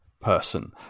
person